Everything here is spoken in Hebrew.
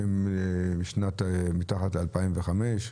שהם מתחת ל-2005,